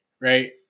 Right